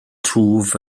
twf